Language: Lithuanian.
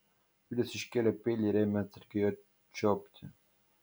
vilis iškėlė peilį ir ėmė atsargiai juo čiuopti